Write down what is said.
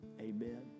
Amen